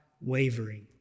wavering